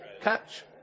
Catch